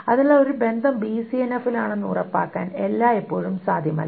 അതിനാൽ ഒരു ബന്ധം ബിസിഎൻഎഫിലാണെന്ന് ഉറപ്പാക്കാൻ എല്ലായ്പ്പോഴും സാധ്യമല്ല